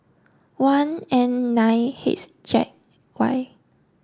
one N nine H Z Y